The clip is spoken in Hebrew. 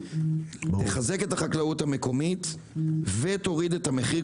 תחזק את החקלאות המקומית ותוריד את המחיר,